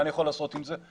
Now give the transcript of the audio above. מה אני יכול לעשות עם זה?